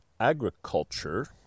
agriculture